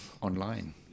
online